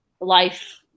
life